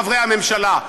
חברי הממשלה.